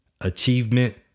achievement